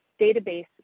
database